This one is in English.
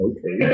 Okay